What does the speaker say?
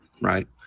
Right